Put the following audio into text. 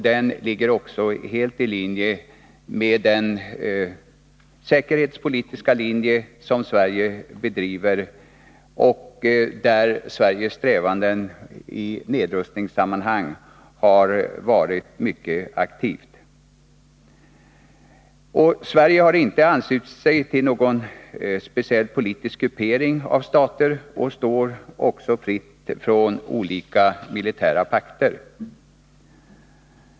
Den ligger också helt i linje med den säkerhetspolitik som Sverige bedriver, där Sverige i sina strävanden till nedrustning har varit mycket aktivt. Sverige har inte anslutit sig till någon speciell politisk gruppering av stater. Sverige står också fritt från olika militära pakter.